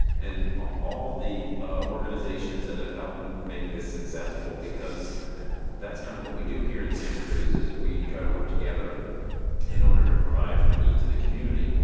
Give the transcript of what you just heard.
and all the organizations that have helped make this successful because that's kind of what we do here in santa cruz is we try to work together in order to provide for the needs of the community.